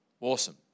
Awesome